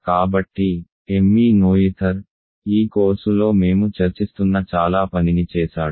కాబట్టి "Emmy Noether" ఈ కోర్సులో మేము చర్చిస్తున్న చాలా పనిని చేసాడు